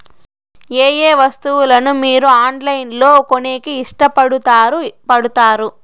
ఏయే వస్తువులను మీరు ఆన్లైన్ లో కొనేకి ఇష్టపడుతారు పడుతారు?